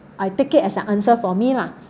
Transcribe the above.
I take it as an answer for me lah